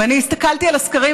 ואני הסתכלתי על הסקרים,